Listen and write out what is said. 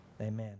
Amen